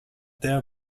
there